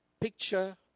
picture